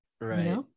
Right